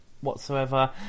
whatsoever